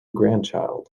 grandchild